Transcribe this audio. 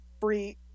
free